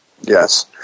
Yes